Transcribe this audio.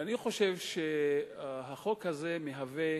ואני חושב שהחוק הזה מהווה